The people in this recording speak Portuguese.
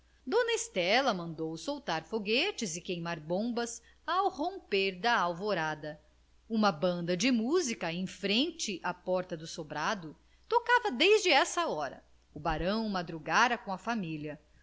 dona estela mandou soltar foguetes e queimar bombas ao romper da alvorada uma banda de música em frente à porta do sobrado tocava desde essa hora o barão madrugara com a família